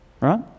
right